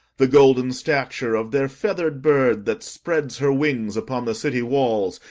the golden stature of their feather'd bird, that spreads her wings upon the city-walls,